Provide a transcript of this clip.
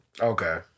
Okay